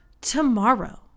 tomorrow